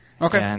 Okay